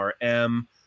RM